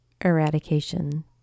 eradication